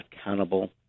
accountable